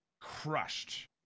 crushed